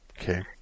Okay